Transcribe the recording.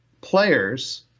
players